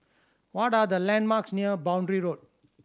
what are the landmarks near Boundary Road